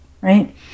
right